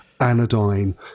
anodyne